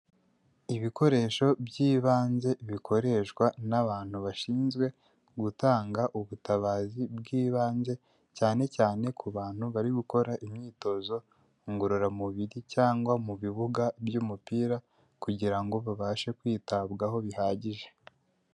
Ibikoresho by'ibanze bikoreshwa n'abantu bashinzwe gutanga ubutabazi bw'ibanze cyane cyane ku bantu bari gukora imyitozo ngororamubiri cyangwa mu bibuga by'umupira, kugirango babashe kwitabwaho bihagije.